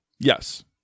Yes